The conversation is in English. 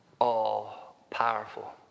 all-powerful